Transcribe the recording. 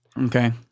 Okay